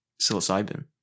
psilocybin